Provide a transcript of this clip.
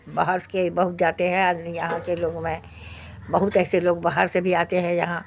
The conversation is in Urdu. باہرس کے بہت جاتے ہیں آدمی یہاں کے لوگ میں بہت ایسے لوگ باہر سے بھی آتے ہیں یہاں